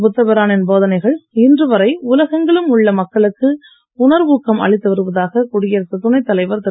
புத்தபிரானின் போதனைகள் இன்றுவரை உலகெங்கிலும் உள்ள மக்களுக்கு உணர்வூக்கம் அளித்து வருவதாக குடியரசுத் துணைத் தலைவர் திரு